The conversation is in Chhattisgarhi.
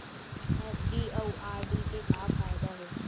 एफ.डी अउ आर.डी के का फायदा हे?